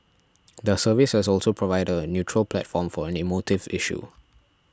the service has also provided a neutral platform for an emotive issue